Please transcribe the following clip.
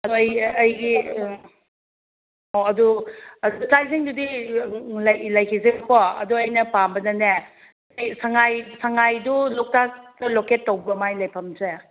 ꯑꯗꯣ ꯑꯩꯒꯤ ꯑꯩꯒꯤ ꯎꯝ ꯑꯣ ꯑꯗꯨ ꯆꯥꯛ ꯏꯁꯤꯡꯗꯨꯗꯤ ꯂꯩꯈꯤꯁꯦꯕꯀꯣ ꯑꯗꯣ ꯑꯩꯅ ꯄꯥꯝꯕꯅꯅꯦ ꯑꯩ ꯁꯉꯥꯏ ꯁꯉꯥꯏꯗꯨ ꯂꯣꯛꯇꯥꯛꯇ ꯂꯣꯀꯦꯠ ꯇꯧꯕ꯭ꯔꯣ ꯃꯥꯏ ꯂꯩꯐꯝꯁꯦ